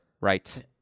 Right